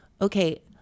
okay